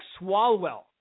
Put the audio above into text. Swalwell